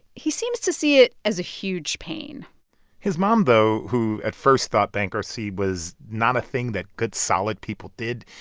he seems to see it as a huge pain his mom, though, who at first thought bankruptcy was not a thing that good, solid people did,